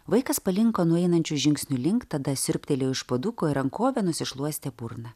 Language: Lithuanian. vaikas palinko nueinančių žingsnių link tada siurbtelėjo iš puoduko ir rankove nusišluostė burną